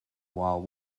while